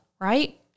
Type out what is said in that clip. Right